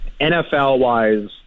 NFL-wise